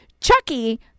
Chucky